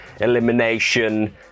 elimination